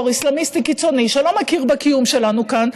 אסלאמיסטי קיצוני שלא מכיר בקיום שלנו כאן,